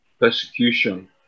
persecution